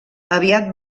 aviat